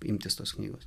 imtis tos knygos